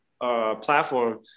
Platform